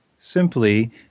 simply